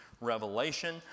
Revelation